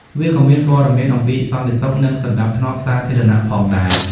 វាក៏មានព័ត៌មានអំពី សន្តិសុខ និងសណ្ដាប់ធ្នាប់សាធារណៈ ផងដែរ។